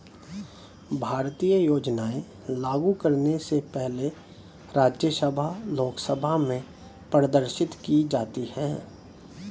भारतीय योजनाएं लागू करने से पहले राज्यसभा लोकसभा में प्रदर्शित की जाती है